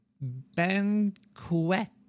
Banquet